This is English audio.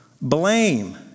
blame